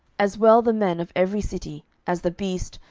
as well the men of every city, as the beast,